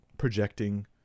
projecting